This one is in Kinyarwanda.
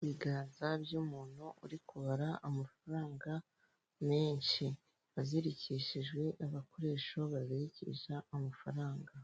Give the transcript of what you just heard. Ibiganza by'umuntu uri kubara amafaranga menshi azirikishijwe agakoresha bazikisha amafaranga.